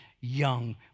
young